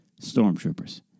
Stormtroopers